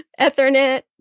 Ethernet